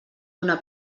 donar